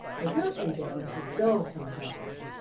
the grocery business is dull sometimes.